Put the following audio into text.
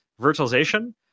virtualization